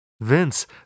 Vince